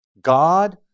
God